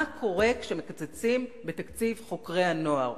מה קורה כשמקצצים בתקציב חוקרי הנוער?